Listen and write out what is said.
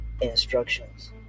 instructions